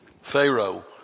Pharaoh